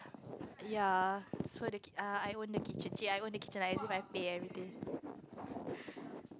ya so they ki~ err I own the kitchen chey I own the kitchen as if I pay everything